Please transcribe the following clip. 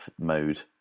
mode